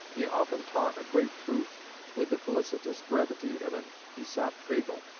he often taught a great truth with the felicitous brevity of an aesop fable.